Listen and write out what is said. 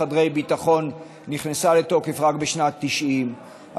חדרי ביטחון נכנסה לתוקף רק בשנת 1990,